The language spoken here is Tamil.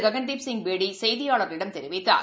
ககன் தீப் சிங் பேடிசெய்தியாளர்களிடம் தெரிவித்தார்